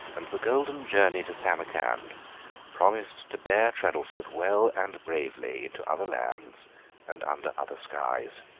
and the golden journey to samarkand promised to bear treddleford well and bravely into other lands and under other skies.